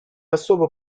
особо